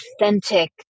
authentic